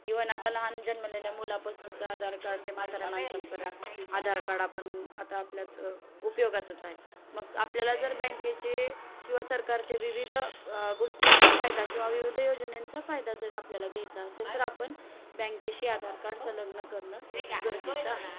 even आता लहान जन्मलेल्या मुलापासूनचा आधार कार्ड ते म्हातारे माणसांपर्यंत आधार कार्ड आपण आता आपल्यात उपयोगाचाच आहे मग आपल्याला जर बँकेचे किंवा सरकारचे विविध गोष्टींचा फायदा किंवा विविध योजनेंचा फायदा जर आपल्याला घ्यायचा असेल तर आपण बँकेशी आधार कार्ड संलग्न करणं गरजेचं आहे